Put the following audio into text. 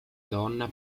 donna